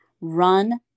run